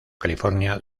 california